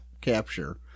capture